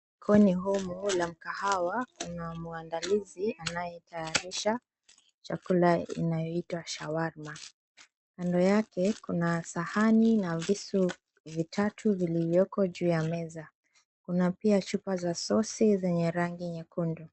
Kwenye humu la mkahawa kuna mwandalizi anayetayarisha chakula inayoitwa shawarma. Kando yake kuna sahani na visu vitatu vilivyoko juu ya meza. Kuna pia chupa za sosi zenye rangi nyekundu.